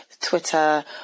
Twitter